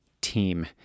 team